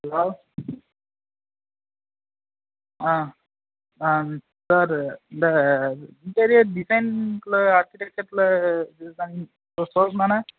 hello ah sir இந்த interior டிசைனுக்குள்ள ஆர்கிடெக்சர்ஸில் டிசைன் ஷோரூம் தானே